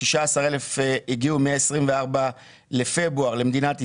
16 אלף הגיעו מה- 24 לפברואר למדינת ישראל,